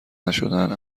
نشدن